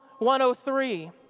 103